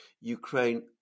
Ukraine